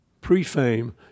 pre-fame